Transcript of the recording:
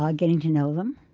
um getting to know them,